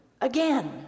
again